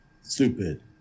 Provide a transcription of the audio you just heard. Stupid